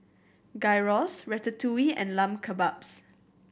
Gyros Ratatouille and Lamb Kebabs